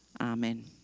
Amen